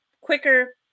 quicker